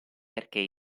perché